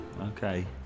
Okay